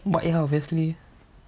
white lah obviously